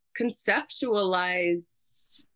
conceptualize